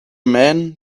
man